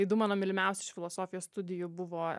tai du mano mylimiausi iš filosofijos studijų buvo